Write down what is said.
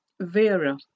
Vera